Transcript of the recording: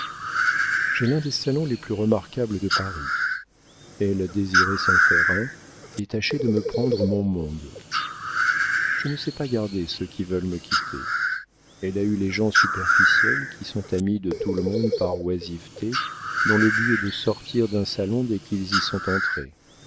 j'ai l'un des salons les plus remarquables de paris elle désirait s'en faire un et tâchait de me prendre mon monde je ne sais pas garder ceux qui veulent me quitter elle a eu les gens superficiels qui sont amis de tout le monde par oisiveté dont le but est de sortir d'un salon dès qu'ils y sont entrés